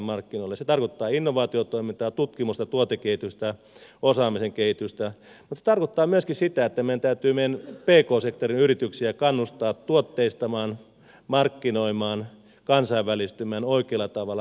se tarkoittaa in novaatiotoimintaa tutkimusta tuotekehitystä osaamisen kehitystä mutta se tarkoittaa myöskin sitä että meidän täytyy meidän pk sektorin yrityksiä kannustaa tuotteistamaan markkinoimaan kansainvälistymään oikealla tavalla